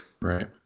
Right